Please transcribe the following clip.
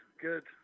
Good